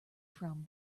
from